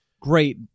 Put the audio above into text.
great